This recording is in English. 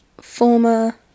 former